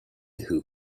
who